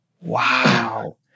Wow